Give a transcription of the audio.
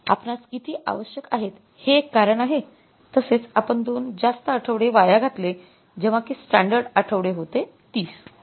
आपणास किती आवश्यक आहेत ते एक कारण आहे तसेच आपण २ जास्त आठवडे वाया घावले जेव्हा कि स्टॅंडर्ड आठवडे होते ३०